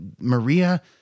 Maria